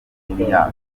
y’imyaka